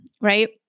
right